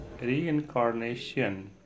reincarnation